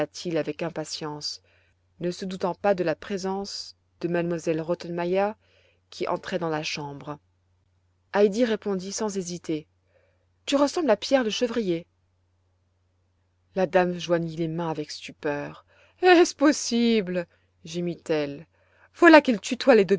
avec impatience ne se doutant pas de la présence de m elle rottenmeier qui entrait dans la chambre heidi répondit sans hésiter tu ressembles à pierre le chevrier la dame joignit les mains avec stupeur est-il bien possible gémit-elle voilà qu'elle tutoie les